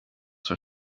bhúr